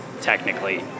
technically